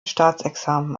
staatsexamen